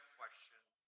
questions